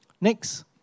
Next